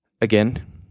again